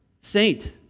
saint